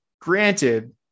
granted